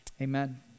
Amen